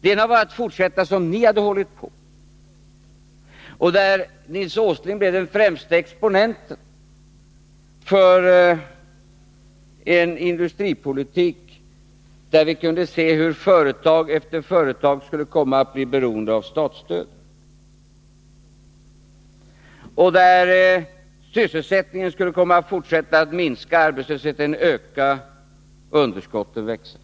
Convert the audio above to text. Det ena var att fortsätta på den väg som ni stod för, där Nils Åsling blev den främste exponenten för en industripolitik innebärande att företag efter företag skulle komma att bli beroende av statsstöd och att sysselsättningen skulle komma att fortsätta att minska, arbetslösheten öka och underskotten växa.